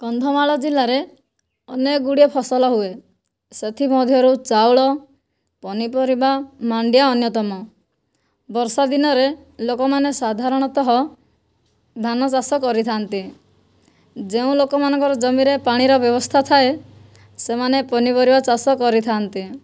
କନ୍ଧମାଳ ଜିଲ୍ଲାରେ ଅନେକଗୁଡ଼ିଏ ଫସଲ ହୁଏ ସେଥିମଧ୍ୟରୁ ଚାଉଳ ପନିପରିବା ମାଣ୍ଡିଆ ଅନ୍ୟତମ ବର୍ଷାଦିନରେ ଲୋକମାନେ ସାଧାରଣତଃ ଧାନ ଚାଷ କରିଥାନ୍ତି ଯେଉଁ ଲୋକମାନଙ୍କର ଜମିରେ ପାଣିର ବ୍ୟବସ୍ଥା ଥାଏ ସେମାନେ ପନିପରିବା ଚାଷ କରିଥାନ୍ତି